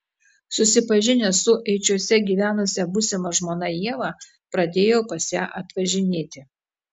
susipažinęs su eičiuose gyvenusia būsima žmona ieva pradėjau pas ją atvažinėti